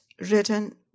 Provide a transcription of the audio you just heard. written